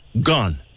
Gone